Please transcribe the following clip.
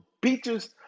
beaches